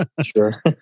Sure